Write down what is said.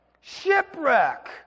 shipwreck